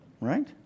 Right